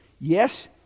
Yes